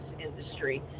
industry